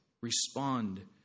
respond